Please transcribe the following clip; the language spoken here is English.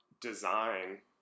design